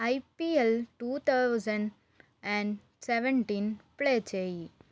IPL two thousand and seventeen play చేయి